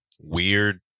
Weird